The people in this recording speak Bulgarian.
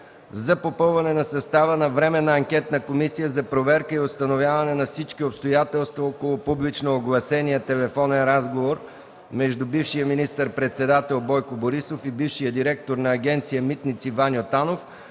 за попълване състава на Временната анкетна комисия за проверка и установяване на всички обстоятелства около публично огласения телефонен разговор между бившия министър-председател Бойко Борисов и бившия директор на Агенция „Митници” Ваньо Танов,